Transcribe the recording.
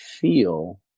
feel